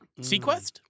Sequest